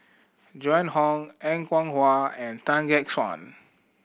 Joan Hon Er Kwong Wah and Tan Gek Suan